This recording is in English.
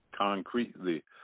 concretely